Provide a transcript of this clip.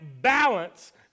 balance